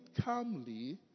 calmly